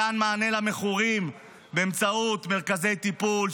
מתן מענה למכורים באמצעות מרכזי טיפול,